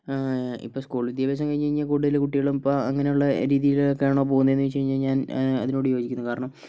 ഇപ്പൊൾ സ്കൂൾ വിദ്യാഭ്യാസം കഴിഞ്ഞ് കഴിഞ്ഞാൽ കൂടുതൽ കുട്ടികളും ഇപ്പൊൾ അങ്ങനെയുള്ള രീതിയിലേക്കാണോ പോകുന്നത് എന്ന് വെച്ച് കഴിഞ്ഞാൽ അതിനോട് യോജിക്കുന്നു കാരണം